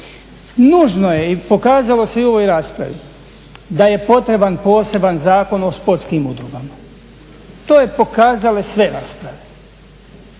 Nužno je i pokazalo se i u ovoj raspravi da je potreban poseban Zakon o sportskim udrugama, to je pokazale sve rasprave,